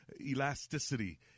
elasticity